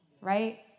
right